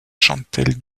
chantelle